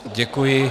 Děkuji.